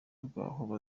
rw’aho